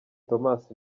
thomas